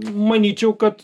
manyčiau kad